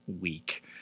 week